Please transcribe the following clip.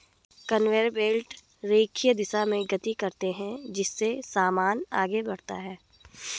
conveyor belt रेखीय दिशा में गति करते हैं जिससे सामान आगे बढ़ता है